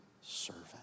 servant